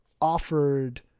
offered